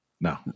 No